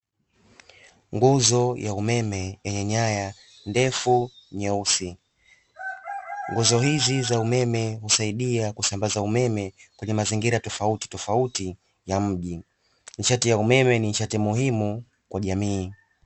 Nguzo ya umeme yenye nyaya ndefu nyeusi. Nguzo hizi za umeme husaidia kusambaza umeme kwenye mazingira tofauti tofauti ya mji. Nishati ya umeme ni nishati muhimu kwa jamii.